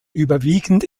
überwiegend